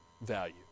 value